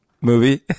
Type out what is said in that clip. movie